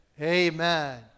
Amen